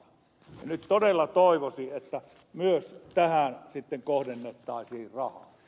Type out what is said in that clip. nyt todella toivoisin että myös tähän sitten kohdennettaisiin rahaa